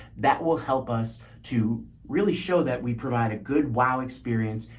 that will help us to really show that we provide a good wow experience.